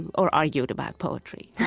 and or argued about poetry.